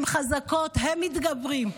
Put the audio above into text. הן חזקות, הם מתגברים.